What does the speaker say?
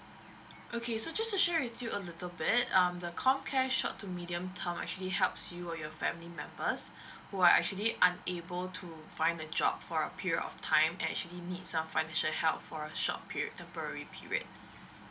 okay so just to share with you a little bit um the comcare short to medium term actually helps you or your family members who are actually unable to find a job for a period of time and actually need some financial help for a short period temporary period